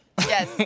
Yes